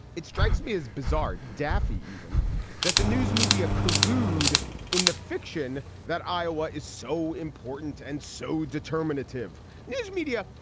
it strikes me as bizarre. daffy even that the news media collude in the fiction that iowa is so important and so determinative news media,